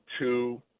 two